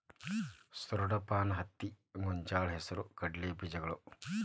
ಸೂರಡಪಾನ, ಹತ್ತಿ, ಗೊಂಜಾಳ, ಹೆಸರು ಕಡಲೆ ಬೇಜಗಳು